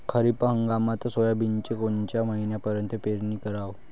खरीप हंगामात सोयाबीनची कोनच्या महिन्यापर्यंत पेरनी कराव?